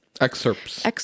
Excerpts